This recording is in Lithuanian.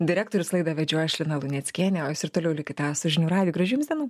direktorius laidą vedžiau aš lina luneckienė ir toliau likite su žinių radiju gražių jums dienų